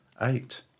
Eight